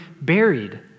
buried